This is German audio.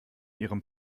ihrem